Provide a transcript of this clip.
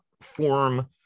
form